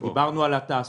דיברנו על התעסוקה,